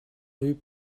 rue